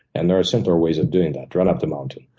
and there are simpler ways of doing that. run up the mountain,